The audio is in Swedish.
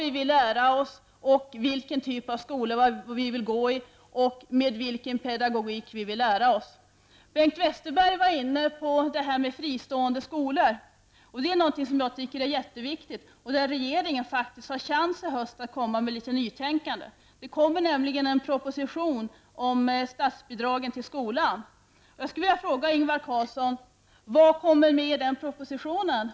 Vi borde också få välja vilken typ av skola vi vill gå i och vilken pedagogik som skall tillämpas. Bengt Westerberg talade i sitt anförande om fristående skolor, och det tycker jag är en jätteviktig sak. Regeringen har i höst chansen till litet nytänkande i den proposition om statsbidragen till skolan som skall läggas fram för riksdagen. Låt mig fråga Ingvar Carlsson: Vad kommer med i den propositionen?